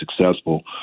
successful